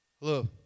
Hello